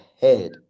head